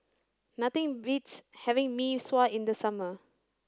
nothing beats having Mee Sua in the summer